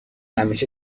همیشه